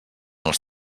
els